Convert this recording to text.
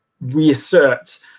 reassert